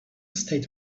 state